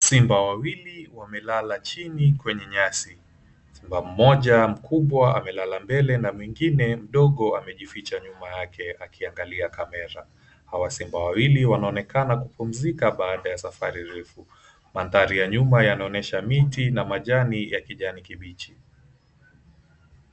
Simba wawili wamelala chini kwenye nyasi. Simba mmoja mkubwa amelala mbele na mwingine mdogo amejificha nyuma yake akiangalia kamera. Hawa simba wawili wanaonekana kupumzika baada ya safari refu. Mandhari ya nyuma yanaonyesha miti na majani ya kijani kibichi.